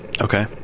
Okay